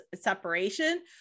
separation